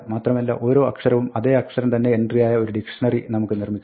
മാത്രമല്ല ഒരോ അക്ഷരവും അതേ അക്ഷരം തന്നെ എൻട്രിയുമായ ഒരു ഡിക്ഷ്ണറി നമുക്ക് നിർമ്മിക്കാം